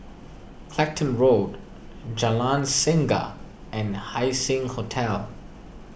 Clacton Road Jalan Singa and Haising Hotel